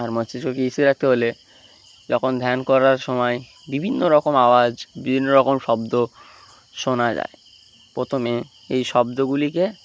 আর মস্তিষ্ককে স্থির রাখতে হলে যখন ধ্যান করার সময় বিভিন্ন রকম আওয়াজ বিভিন্ন রকম শব্দ শোনা যায় প্রথমে এই শব্দগুলিকে